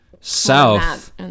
south